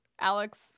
Alex